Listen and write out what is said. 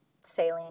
saline